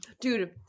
dude